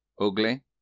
Ugly